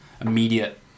immediate